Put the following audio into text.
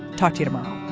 talk to you tomorrow